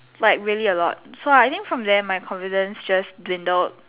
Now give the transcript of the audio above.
like really a lot so I think from there my confidence just dwindled